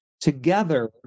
together